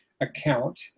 account